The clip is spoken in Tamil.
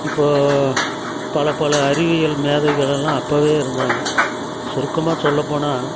இப்போ பல பல அறிவியல் மேதைகளெல்லாம் அப்போவே இருந்தாங்க சுருக்கமாக சொல்லப்போனால்